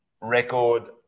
record